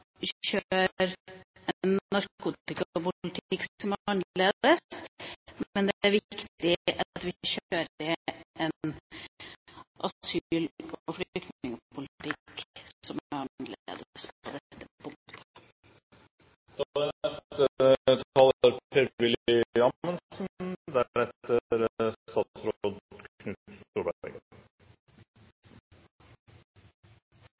en narkotikapolitikk som er annerledes, men det er viktig at vi kjører en asyl- og flyktningpolitikk som er annerledes på dette punktet.